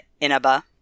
Inaba